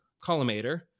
collimator